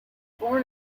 born